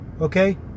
Okay